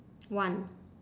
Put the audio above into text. one